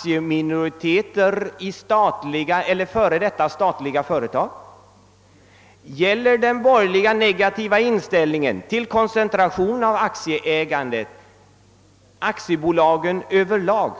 gäller minoritetsposter i statliga eller före detta statliga företag. Gäller den borgerliga negativa inställningen till koncentration av aktieägandet aktiebolagen över lag?